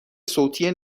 صوتی